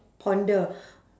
ponder